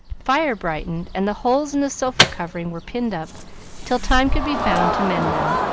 fire brightened, and the holes in the sofa-covering were pinned up till time could be found to mend them.